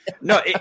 No